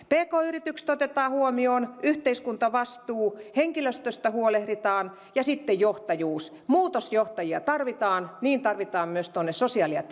pk yritykset otetaan huomioon yhteiskuntavastuu henkilöstöstä huolehditaan ja sitten johtajuus muutosjohtajia tarvitaan tarvitaan myös tuonne sosiaali ja